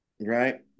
right